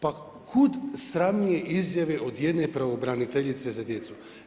Pa kud sramnije izjave o jedne pravobraniteljice za djecu?